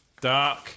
dark